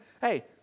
hey